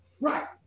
Right